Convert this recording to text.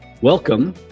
Welcome